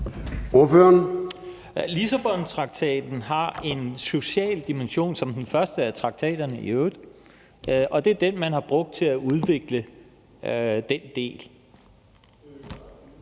Lissabontraktaten har en social dimension, som den første af traktaterne i øvrigt, og det er den, man har brugt til at udvikle den del.